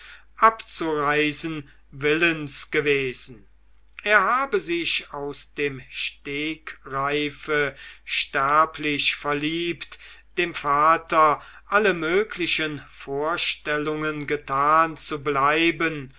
abzureisen willens gewesen er habe sich aus dem stegreife sterblich verliebt dem vater alle möglichen vorstellungen getan zu bleiben